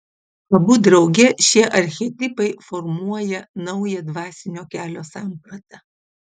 abu drauge šie archetipai formuoja naują dvasinio kelio sampratą